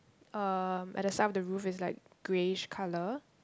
em at the side of the roof is like greyish colour